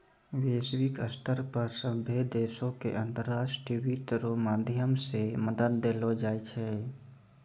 वैश्विक स्तर पर सभ्भे देशो के अन्तर्राष्ट्रीय वित्त रो माध्यम से मदद देलो जाय छै